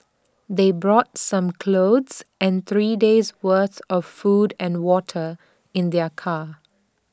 they brought some clothes and three days' worth of food and water in their car